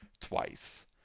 twice